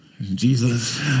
Jesus